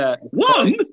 One